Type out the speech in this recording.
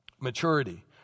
maturity